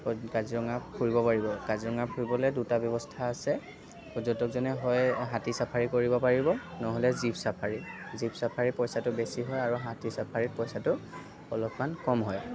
কাজিৰঙা ফুৰিব পাৰিব কাজিৰঙা ফুৰিবলৈ দুটা ব্যৱস্থা আছে পৰ্যটকজনে হয় হাতী ছাফাৰী কৰিব পাৰিব নহ'লে জীপ ছাফাৰী জীপ ছাফাৰীৰ পইচাটো বেছি হয় আৰু হাতী ছাফাৰীত পইচাটো অলপমান ক'ম হয়